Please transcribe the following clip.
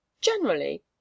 Generally